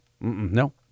No